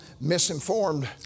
misinformed